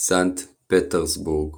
סנקט פטרסבורג